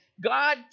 God